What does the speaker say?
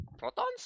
Protons